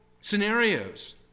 scenarios